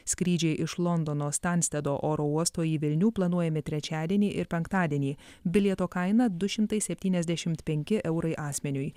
skrydžiai iš londono stanstedo oro uosto į vilnių planuojami trečiadienį ir penktadienį bilieto kaina du šimtai septyniasdešimt penki eurai asmeniui